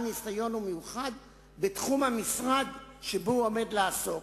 ניסיון מיוחד בתחום המשרד שבו הוא עומד לעסוק.